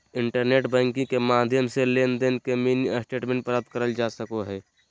internet banking के माध्यम से लेनदेन के मिनी स्टेटमेंट प्राप्त करल जा सको हय